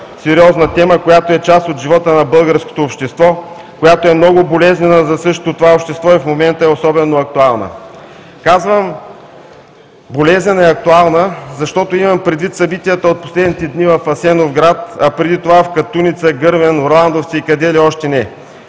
сериозна тема, която е част от живота на българското общество, която е много болезнена за същото това общество и в момента е особено актуална. Казвам „болезнена и актуална“, защото имам предвид събитията от последните дни в Асеновград, а преди това в Катуница, Гърмен, Орландовци и къде ли още не.